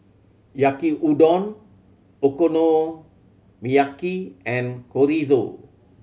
Yaki Udon Okonomiyaki and Chorizo